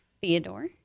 Theodore